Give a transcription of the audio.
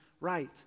right